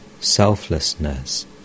selflessness